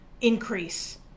increase